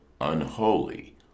unholy